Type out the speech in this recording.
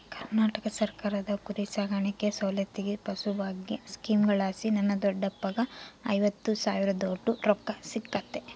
ಕರ್ನಾಟಕ ಸರ್ಕಾರದ ಕುರಿಸಾಕಾಣಿಕೆ ಸೌಲತ್ತಿಗೆ ಪಶುಭಾಗ್ಯ ಸ್ಕೀಮಲಾಸಿ ನನ್ನ ದೊಡ್ಡಪ್ಪಗ್ಗ ಐವತ್ತು ಸಾವಿರದೋಟು ರೊಕ್ಕ ಸಿಕ್ಕತೆ